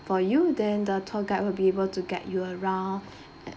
for you then the tour guide will be able to get you around